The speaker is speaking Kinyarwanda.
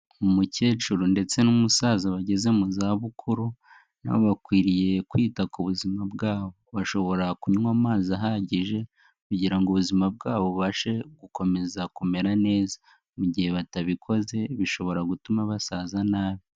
Umukecuru ndetse n'umusaza bageze mu zabukuru, nabo bakwiriye kwita ku buzima bwabo, bashobora kunywa amazi ahagije kugira ngo ubuzima bwabo bubashe gukomeza kumera neza, mu gihe batabikoze bishobora gutuma basaza nabi.